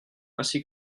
ainsi